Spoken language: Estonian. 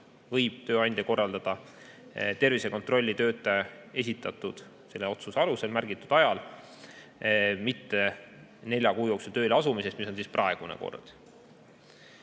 võib tööandja korraldada tervisekontrolli töötaja esitatud otsuses märgitud ajal, mitte nelja kuu jooksul tööle asumisest, nagu on praegune kord.